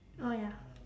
oh ya